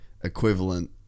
equivalent